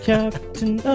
Captain